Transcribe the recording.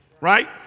Right